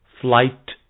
Flight